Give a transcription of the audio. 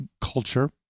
culture